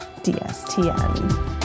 DSTN